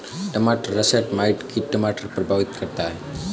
टमाटर russet mite कीट टमाटर को प्रभावित करता है